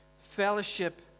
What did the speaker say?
fellowship